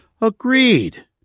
agreed